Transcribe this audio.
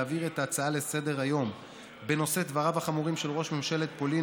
להעביר את ההצעה לסדר-היום בנושא: דבריו החמורים של ראש ממשלת פולין